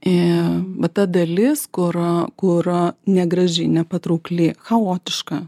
į bet ta dalis kuro kuro negraži nepatraukli chaotiška